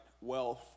wealth